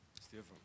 Stefan